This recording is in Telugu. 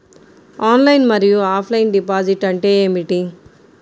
ఆన్లైన్ మరియు ఆఫ్లైన్ డిపాజిట్ అంటే ఏమిటి?